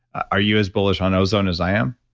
are you as bullish on ozone as i am?